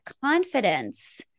confidence